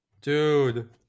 dude